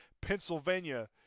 Pennsylvania